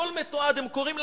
הם קוראים להם: